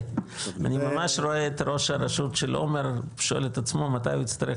אני ממש רואה את ראש הרשות של עומר שואל את עצמו מתי הוא יצטרך